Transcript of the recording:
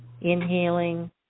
Inhaling